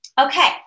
Okay